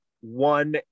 one